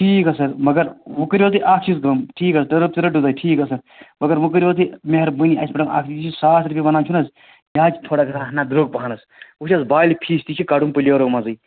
ٹھیٖک حظ سَر مگر وۄنۍ کٔرِو حظ تُہۍ اَکھ چیٖز کٲم ٹھیٖک حظ ٹھیٖک حظ سَر مگر وۄنۍ کٔرِو تُہۍ مہربٲنی اَسہِ پٮ۪ٹھ اَکٕے یُس یہِ ساس رۄپیہِ وَنان چھُنہٕ حظ یہِ حظ چھِ تھوڑا گژھان ہنا درٛوگ پہنَس وٕچھ حظ بالہِ فیٖس تہِ چھِ کَڑُن پٕلیرو منٛزٕے